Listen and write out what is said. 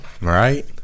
Right